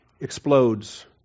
explodes